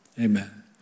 Amen